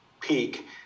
peak